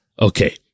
Okay